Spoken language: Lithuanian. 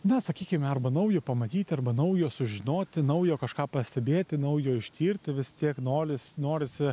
na sakykime arba naujo pamatyti arba naujo sužinoti naujo kažką pastebėti naujo ištirti vis tiek noris norisi